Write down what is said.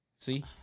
See